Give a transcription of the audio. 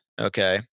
Okay